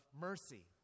mercy